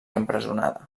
empresonada